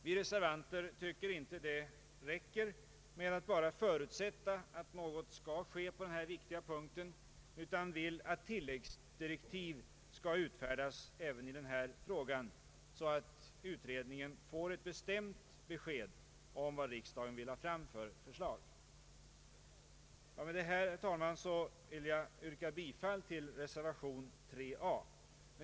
Vi reservanter tycker inte att det räcker med att bara förutsätta att något skall ske på denna viktiga punkt utan vill att tilläggsdirektiv skall utfärdas även i denna fråga så att utredningen får ett bestämt besked om vilka förslag riksdagen vill ha fram. Med dessa ord, herr talman, vill jag yrka bifall till reservation a.